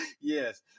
yes